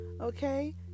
Okay